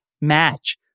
match